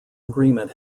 agreement